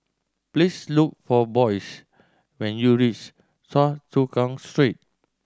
please look for Boyce when you reach Choa Chu Kang Street